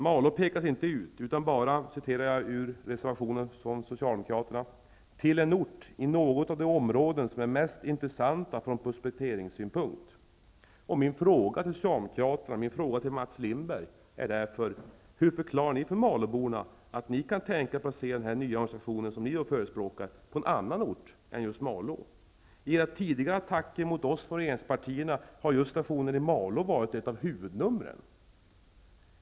Malå pekas inte ut. I Socialdemokraternas reservation framgår det att det kan bli ''till en ort i något av de områden som är mest intressanta från prospekteringssynpunkt''. Hur förklarar ni för malåborna, Mats Lindberg, att ni kan tänka er att placera den nya organisationen som ni förespråkar på en annan ort än Malå? I era tidigare attacker mot oss i regeringspartierna har just situationen i Malå varit ett av huvudnumren.